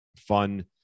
fun